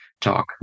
talk